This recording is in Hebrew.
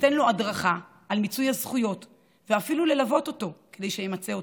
ייתנו לו הדרכה על מיצוי הזכויות ואפילו ילוו אותו כדי שימצה אותן.